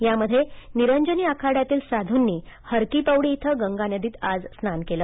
यामध्ये निरंजनी आखाड्यातील साधुंनी हर की पौडी इथं गंगा नदीत आज स्नान केलं